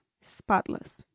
spotless